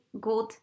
good